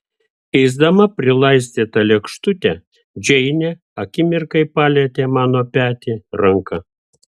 keisdama prilaistytą lėkštutę džeinė akimirkai palietė mano petį ranka